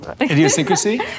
Idiosyncrasy